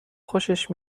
خوشش